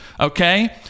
okay